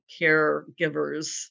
caregivers